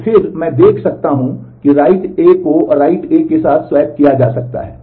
तो फिर मैं देख सकता हूं कि राइट ए को राइट ए के साथ स्वैप किया जा सकता है